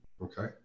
Okay